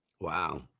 Wow